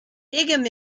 higham